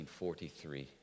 1943